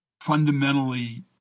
fundamentally